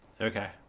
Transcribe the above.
Okay